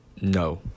No